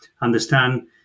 understand